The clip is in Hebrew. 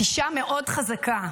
את אישה מאוד חזקה,